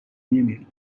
نمیری